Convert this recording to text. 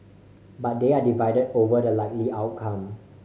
but they are divided over the likely outcome